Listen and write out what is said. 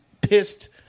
pissed